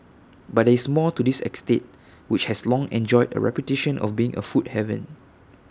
but there is more to this estate which has long enjoyed A reputation of being A food haven